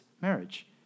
marriage